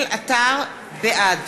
בעד